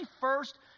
first